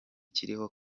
kiriho